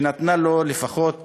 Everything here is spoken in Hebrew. שנתנה לו לפחות